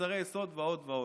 מוצרי יסוד ועוד ועוד.